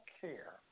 care